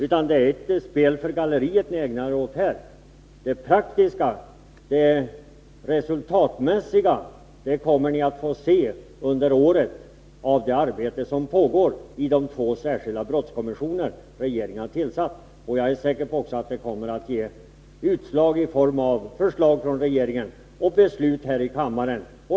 Det är ett spel för galleriet ni ägnar er åt här. Det praktiska, det resultatmässiga, kommer ni att få se under året till följd av det arbete som pågår i de två särskilda brottskommissioner som regeringen har tillsatt. Jag är också säker på att det kommer att ge utslag i form av förslag från regeringen och beslut här i kammaren.